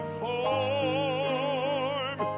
form